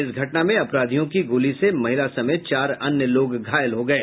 इस घटना में अपराधियों की गोली से महिला समेत चार अन्य लोग भी घायल हो गये